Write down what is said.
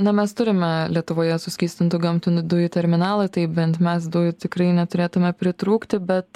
na mes turime lietuvoje suskystintų gamtinių dujų terminalą tai bent mes dujų tikrai neturėtume pritrūkti bet